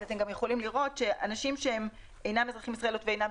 אתם יכולים לראות שאנשים שהם אינם אזרחי ישראל ואינם